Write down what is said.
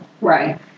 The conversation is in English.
Right